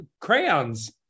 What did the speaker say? crayons